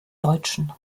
deutschen